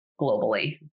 globally